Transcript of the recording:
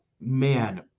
man